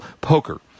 poker